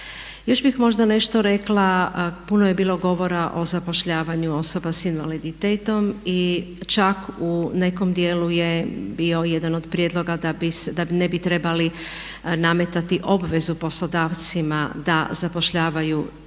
Još bih možda nešto rekla, puno je bilo govora o zapošljavanju osoba s invaliditetom i čak u nekom dijelu je bio jedan od prijedloga da ne bi trebali nametati obvezu poslodavcima da zapošljavaju